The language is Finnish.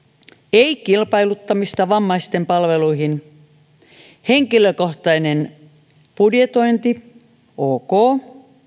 ei kilpailuttamista vammaisten palveluihin henkilökohtainen budjetointi ok